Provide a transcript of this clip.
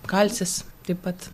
kalcis taip pat